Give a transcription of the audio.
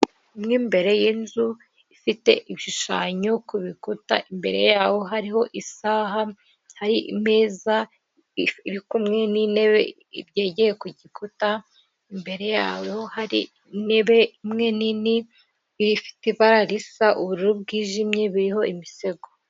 Mo imbere y'inzu ifite ibishushanyo ku bikuta imbere yaho hariho isaha hari imeza irikumwe n'intebe byegeye ku gikuta, imbere ya hari intebe imwe nini ifite ibara risa ubururu bwijimye biriho imisego.